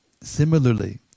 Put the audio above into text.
Similarly